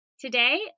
Today